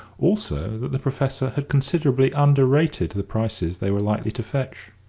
also that the professor had considerably under-rated the prices they were likely to fetch.